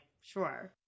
sure